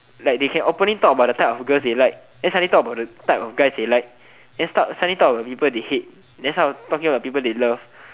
like they can openly talk about the type of girls they like then suddenly talk about the type of guys they like then suddenly talk about the people they hate then suddenly talk about the people they love